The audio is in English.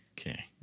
Okay